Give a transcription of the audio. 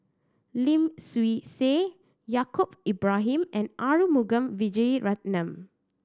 Lim Swee Say Yaacob Ibrahim and Arumugam Vijiaratnam